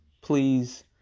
please